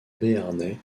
béarnais